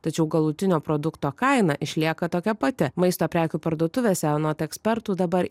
tačiau galutinio produkto kaina išlieka tokia pati maisto prekių parduotuvėse anot ekspertų dabar